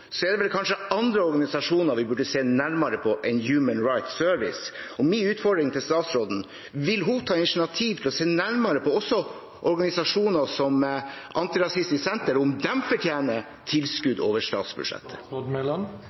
er det kanskje andre organisasjoner vi burde se nærmere på enn Human Rights Service. Min utfordring til statsråden er: Vil hun ta initiativ til å se nærmere på også organisasjoner som Antirasistisk Senter, om de fortjener tilskudd over statsbudsjettet?